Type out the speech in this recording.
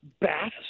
bath